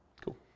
Cool